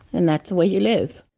and that's the way you live.